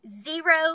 zero